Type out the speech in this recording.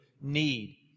need